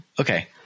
okay